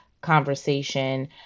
conversation